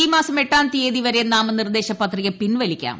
ഈ മാസം എട്ടാം തീയതി വരെ നാമനിർദ്ദേശ പത്രിക പിൻവലിക്കാം